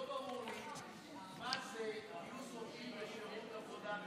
לא ברור לי מה זה גיוס עובדים לשירות עבודה.